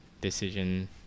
Decision